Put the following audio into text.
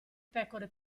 pecore